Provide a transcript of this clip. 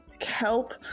help